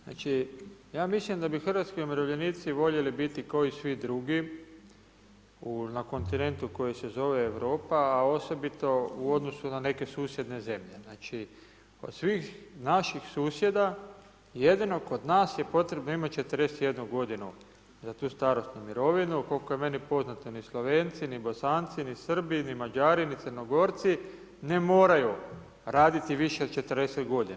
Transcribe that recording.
Znači ja mislim da bi hrvatski umirovljenici voljeli biti k'o i svi drugi na kontinentu koji se zove Europa, a osobito u odnosu na neke susjedne zemlje, znači, od svih naših susjeda, jedino kod nas je potrebno imati 41 godinu za tu starosnu mirovinu, koliko je meni poznato ni Slovenci, ni Bosanci, ni Srbi, ni Mađari, ni Crnogorci ne moraju raditi više od 40 godina.